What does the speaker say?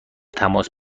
تماس